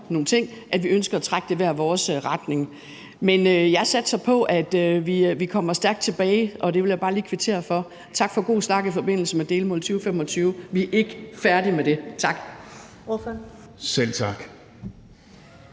og ønsker at trække det i hver vores retning. Men jeg satser på, at vi kommer stærkt tilbage, og det vil jeg bare lige kvittere for. Tak for gode snakke i forbindelse med delmålet 2025. Vi er ikke færdige med det. Tak. Kl.